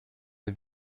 wir